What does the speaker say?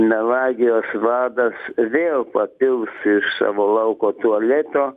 melagijos vadas vėl papils iš savo lauko tualeto